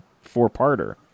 four-parter